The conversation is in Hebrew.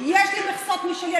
יש לי מכסות משלי.